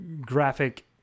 graphic